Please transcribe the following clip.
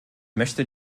möchte